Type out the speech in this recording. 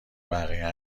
بقیه